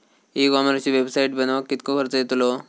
E कॉमर्सची website बनवक किततो खर्च येतलो?